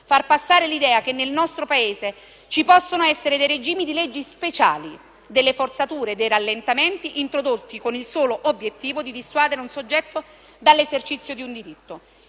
far passare l'idea che nel nostro Paese ci possano essere dei regimi di leggi speciali, delle forzature e dei rallentamenti introdotti con il solo obiettivo di dissuadere un soggetto dall'esercizio di un diritto.